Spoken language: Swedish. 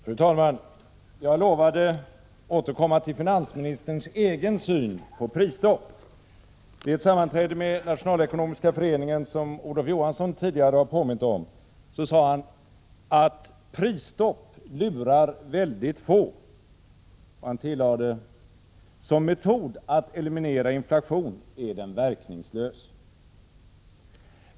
Fru talman! Jag lovade återkomma till finansministerns egen syn på prisstopp. Vid ett sammanträde med Nationalekonomiska föreningen, som Olof Johansson tidigare har påmint om, sade finansministern att prisstopp lurar väldigt få. Och han tillade att som metod att eliminera inflation är den verkningslös.